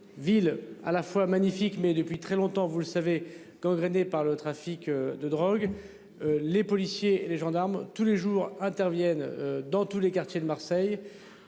ville, à la fois magnifique mais depuis très longtemps vous le savez quand gangrénée par le trafic de drogue. Les policiers et les gendarmes, tous les jours interviennent dans tous les quartiers de Marseille